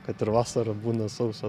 kad ir vasarą būna sausa